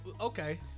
okay